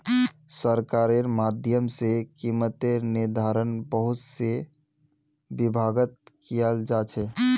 सरकारेर माध्यम से कीमतेर निर्धारण बहुत से विभागत कियाल जा छे